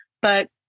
But-